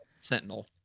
Sentinel